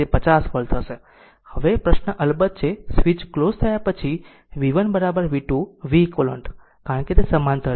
તેથી તે 50 વોલ્ટ હશે હવે પ્રશ્ન અલબત્ત છે સ્વીચ ક્લોઝ થયા પછી v1 v2 v eq કારણ કે તે સમાંતર છે